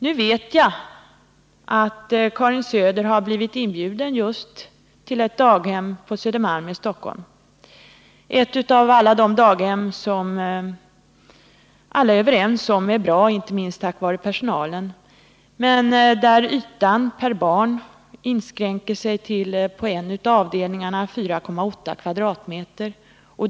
Jag vet att Karin Söder har blivit inbjuden till ett daghem just på Södermalm i Stockholm — ett av de daghem som alla är överens om är bra, inte minst tack vare personalen, men där ytan per barn inskränker sig till 4,8 m? på en av avdelningarna.